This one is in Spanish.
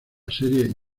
serie